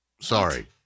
Sorry